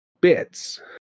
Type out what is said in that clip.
bits